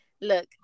look